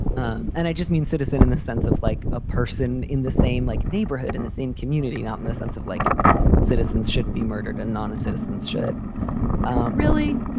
um and i just mean citizen in the sense of like a person in the same like neighborhood, in the same community, not in the sense of like citizens shouldn't be murdered and non should um really.